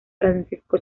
francisco